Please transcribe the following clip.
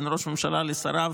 בין ראש הממשלה לשריו,